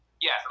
yes